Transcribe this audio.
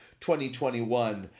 2021